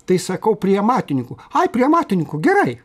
tai sakau prie amatininkų ai prie matininkų gerai